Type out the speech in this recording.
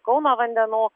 kauno vandenų